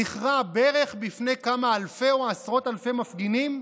נכרע ברך בפני כמה אלפי או עשרות אלפי מפגינים?